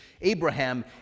Abraham